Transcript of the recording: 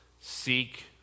seek